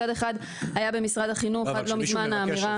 מצד אחד היתה במשרד החינוך עד לא מזמן האמירה.